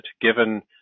given